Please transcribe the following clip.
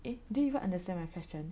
eh do you even understand my question